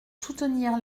soutenir